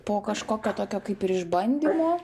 po kažkokio tokio kaip ir išbandymo